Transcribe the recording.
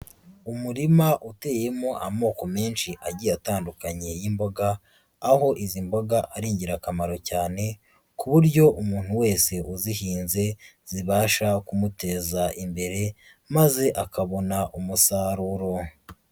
Umurima uteyemo amoko menshi agiye atandukanye y'imboga. Aho izi mboga ari ingirakamaro cyane ku buryo umuntu wese uzihinze zibasha kumuteza imbere maze akabona umusaruro.